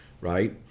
Right